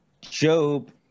Job